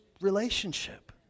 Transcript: relationship